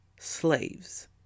slaves